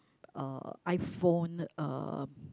uh iPhone uh